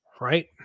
right